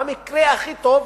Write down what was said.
במקרה הכי טוב,